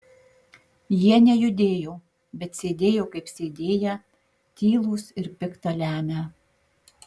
jie nejudėjo bet sėdėjo kaip sėdėję tylūs ir pikta lemią